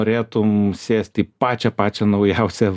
norėtum sėsti į pačią pačią naujausią